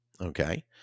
okay